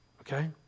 okay